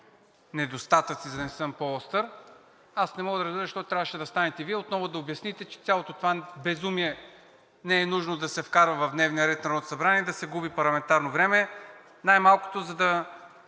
недостатъци, за да не съм по-остър. Аз не мога да разбера защо трябваше да станете Вие и отново да обясните, че цялото това безумие не е нужно да се вкарва в дневния ред на Народното събрание и да се губи парламентарно време, най-малкото, за да